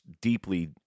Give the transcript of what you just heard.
deeply